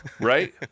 right